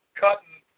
cutting